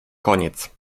koniec